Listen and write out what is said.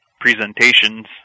presentations